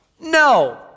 No